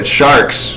sharks